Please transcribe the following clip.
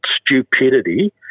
stupidity